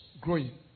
growing